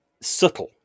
subtle